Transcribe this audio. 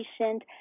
patient